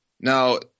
Now